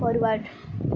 forward